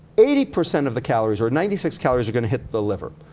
eighty percent of the calories, or ninety six calories, are gonna hit the liver,